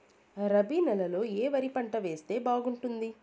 రబి నెలలో ఏ వరి పంట వేస్తే బాగుంటుంది